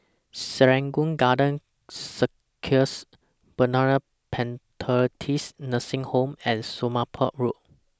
Serangoon Garden Circus Bethany Methodist Nursing Home and Somapah Road